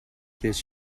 this